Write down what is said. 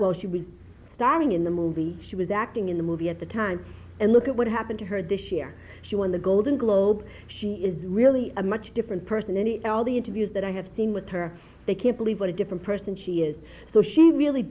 while she was starring in the movie she was acting in the movie at the time and look at what happened to her this year she won the golden globe she is really a much different person any and all the interviews that i have seen with her they can't believe what a different person she is so she really